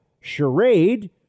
Charade